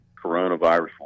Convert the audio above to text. coronavirus